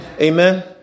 Amen